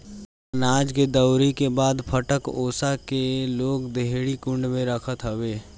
अनाज के दवरी के बाद फटक ओसा के लोग डेहरी कुंडा में रखत हवे